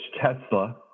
Tesla